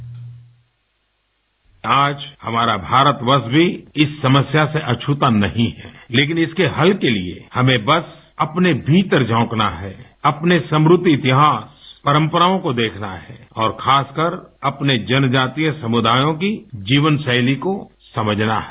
वैसे आज हमारा भारतवर्ष भी इस समस्या से अछूता नहीं है लेकिन इसके हल के लिए हमें बस अपने भीतर झाँकना है अपने समृद्ध इतिहास परंपराओं को देखना है और खासकर अपने जनजातीय समुदायों की जीवनशैली को समझना है